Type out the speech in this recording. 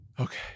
Okay